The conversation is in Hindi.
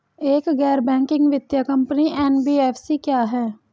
एक गैर बैंकिंग वित्तीय कंपनी एन.बी.एफ.सी क्या है?